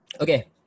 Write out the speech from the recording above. Okay